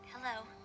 hello